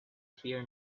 fear